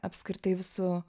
apskritai visu